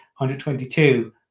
122